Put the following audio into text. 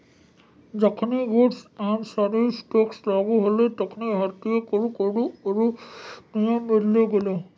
जखनि goods and service tax लागू होलै तखनि भारतीय कर कानून आरु नियम बदली गेलै